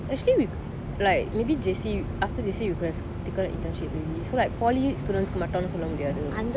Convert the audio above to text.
actually we like maybe J_C after you have taken an internship already so like poly students மட்டும்னு சொல்ல முடியாது:matumnu solla mudiyathu